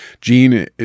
Gene